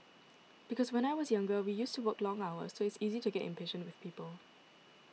because when I was younger we used to work long hours so it's easy to get impatient with people